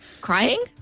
Crying